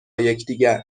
یکدیگر